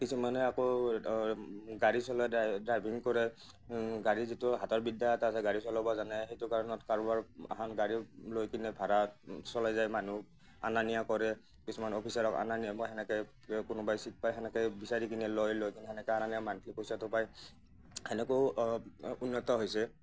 কিছুমানে আকৌ গাড়ী চলাই ড্ৰাইভিং কৰে গাড়ী যিটো হাতৰ বিদ্যা এটা আছে গাড়ী চলাব জানে সেইটো কাৰণত কাৰোবাৰ এখান গাড়ীও লৈ কিনে ভাড়াত চলেই যায় মানুহক অনা নিয়া কৰে কিছুমান অফিচাৰক অনা নিয়া বা সেনেকে কোনোবাই চিট পায় সেনেকেই বিচাৰি কিনে লয় লৈ কেনে অনা নিয়া মান্থলি পইচাটো পায় সেনেকেও অঁ উন্নত হৈছে